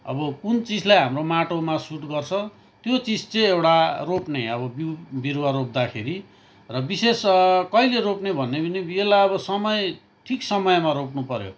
अब कुन चिजलाई हाम्रो माटोमा सुट गर्छ त्यो चिज चाहिँ एउटा रोप्ने अब बिउ बिरुवा रोप्दाखेरि र विशेष कहिले रोप्ने भन्ने पनि यसलाई अब समय ठिक समयमा रोप्नु पऱ्यो